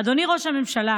אדוני ראש הממשלה,